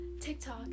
TikTok